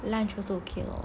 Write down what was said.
lunch also okay